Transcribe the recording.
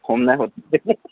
हमनानै